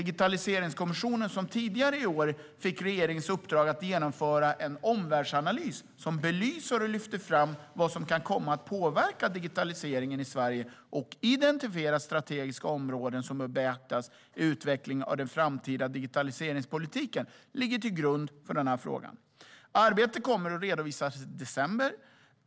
Digitaliseringskommissionen, som tidigare i år fick regeringens uppdrag att "genomföra en omvärldsanalys som belyser och lyfter fram vad som kan komma att påverka digitaliseringen i Sverige" samt "identifiera strategiska områden som bör beaktas i utvecklingen av den framtida digitaliseringspolitiken" finns med i grunden. Arbetet kommer att redovisas i december.